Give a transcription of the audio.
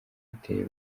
biteye